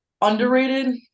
Underrated